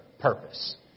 purpose